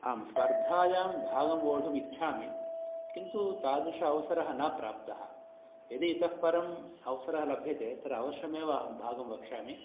आम् स्पर्धायां भागं वोढुमिच्छामि किन्तु तादृश अवसरः न प्राप्तः यदि इतः परं अवसरः लभ्यते तत्र अवश्यमेव अहं भागं वक्ष्यामि